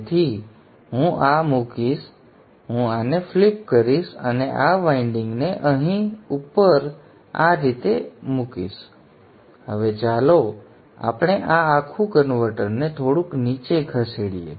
તેથી હું આ મૂકીશ હું આને ફ્લિપ કરીશ અને આ વાઇન્ડિંગને અહીં ઉપર આ રીતે ઉપર મૂકીશ હવે ચાલો આપણે આ આખું કન્વર્ટરને થોડુંક નીચે ખસેડીએ